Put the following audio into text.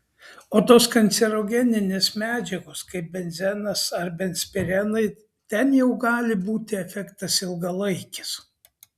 o tos kancerogeninės medžiagos kaip benzenas ar benzpirenai ten jau gali būti efektas ilgalaikis